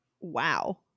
Wow